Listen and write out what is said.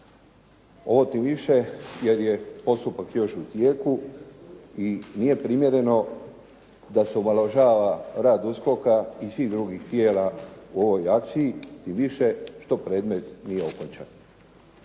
Ovo tim više jer je postupak još u tijeku i nije primjereno da se omalovažava rad USKOK-a i svih drugih tijela u ovoj akciji tim više što predmet nije okončan.